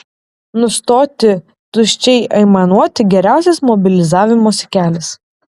nustoti tuščiai aimanuoti geriausias mobilizavimosi kelias